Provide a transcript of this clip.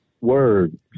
Word